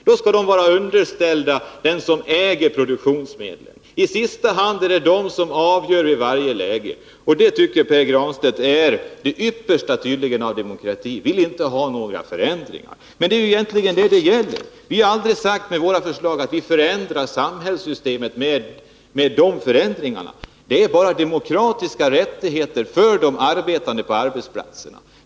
De skall vara underställda dem som äger produktionsmedlen. I sista hand är det ägarna som avgör i varje läge, och det tycker Pär Granstedt tydligen är det yttersta av demokrati. Han vill inte ha några förändringar. Vi har aldrig sagt att samhällssystemet förändras om våra förslag genomförs. Vad det gäller är demokratiska rättigheter för de arbetande på arbetsplatserna.